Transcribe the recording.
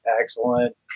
excellent